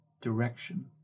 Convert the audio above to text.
direction